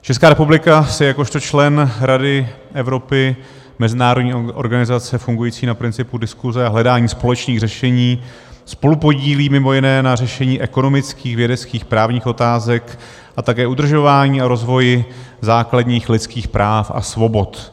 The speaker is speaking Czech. Česká republika se jakožto člen Rady Evropy, mezinárodní organizace fungující na principu diskuse a hledání společných řešení, spolupodílí mimo jiné na řešení ekonomických, vědeckých, právních otázek a také udržování a rozvoje základních lidských práv a svobod.